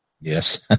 Yes